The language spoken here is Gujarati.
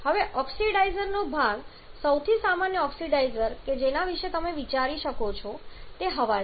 હવે ઓક્સિડાઇઝરનો ભાગ સૌથી સામાન્ય ઓક્સિડાઇઝર કે જેના વિશે તમે વિચારી શકો છો તે હવા છે